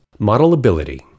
Modelability